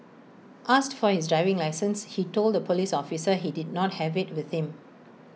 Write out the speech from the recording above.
asked for his driving licence he told the Police officer he did not have IT with him